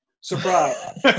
Surprise